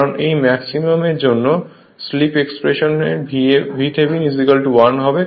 কারণ এই ম্যাক্সিমাম এর জন্য স্লিপ এক্সপ্রেশন VThevenin 1 হবে